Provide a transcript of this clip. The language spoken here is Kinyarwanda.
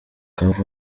bukavu